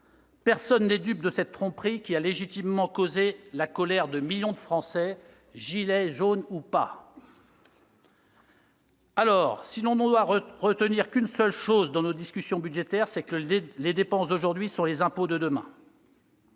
Personne n'est dupe de cette tromperie, qui a légitimement causé la colère de millions de Français, « gilets jaunes » ou pas. Alors, si l'on ne doit retenir qu'une seule chose dans nos discussions budgétaires, c'est que les dépenses d'aujourd'hui sont les impôts de demain.